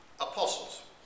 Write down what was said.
apostles